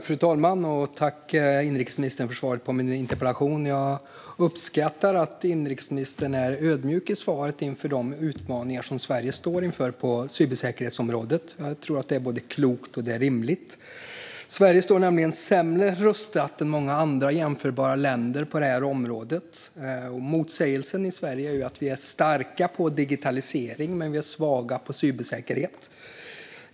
Fru talman! Tack, inrikesministern, för svaret på min interpellation! Jag uppskattar att inrikesministern i sitt svar är ödmjuk inför de utmaningar som Sverige står inför på cybersäkerhetsområdet. Jag tror att det är både klokt och rimligt. Sverige står nämligen sämre rustat än många andra jämförbara länder på detta område. Motsägelsen i Sverige är ju att vi är starka på digitalisering men svaga på cybersäkerhet.